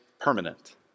permanent